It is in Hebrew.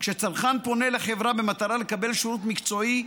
כשצרכן פונה לחברה במטרה לקבל שירות מקצועי,